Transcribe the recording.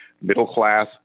Middle-class